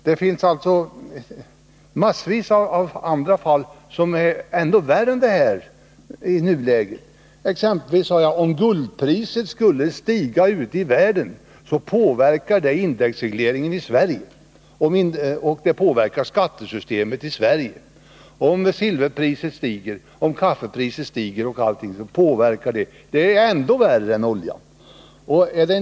Det finns massvis med andra fall som är ännu värre än det här i nuläget: om guldpriset stiger ute världen, så påverkar det indexregleringen i Sverige, och det påverkar skattesystemet i Sverige, och likadant är det om silverpriset stiger, om kaffepriset och allt möjligt annat stiger. Det är ju värre än när oljepriset ökar.